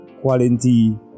quality